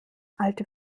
alte